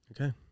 Okay